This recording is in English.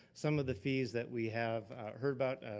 some of the fees that we have heard about,